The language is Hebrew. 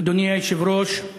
אדוני היושב-ראש,